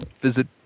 visit